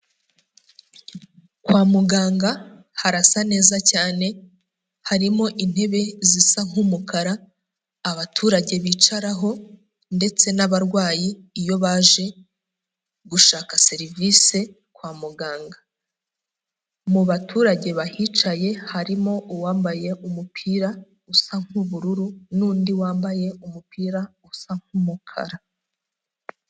Kwa muganga harasa neza cyane, harimo intebe zisa nk'umukara abaturage bicaraho ndetse n'abarwayi iyo baje gushaka serivise kwa muganga, mu baturage bahicaye harimo uwambaye umupira usa nk'ubururu n'undi wambaye umupira usa nk'umukara.